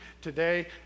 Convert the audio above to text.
today